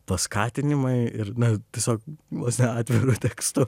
paskatinimai ir na tiesiog vos ne atviru tekstu